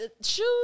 shoes